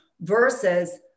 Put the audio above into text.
versus